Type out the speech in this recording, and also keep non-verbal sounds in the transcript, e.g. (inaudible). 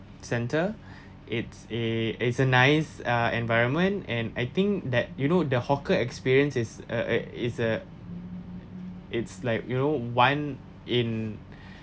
centre it's a it's a nice ah environment and I think that you know the hawker experience is a eh is a it's like you know one in (breath)